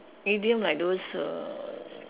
idiom like those err